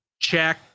Check